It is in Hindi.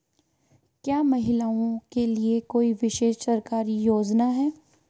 क्या महिलाओं के लिए कोई विशेष सरकारी योजना है?